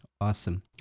Awesome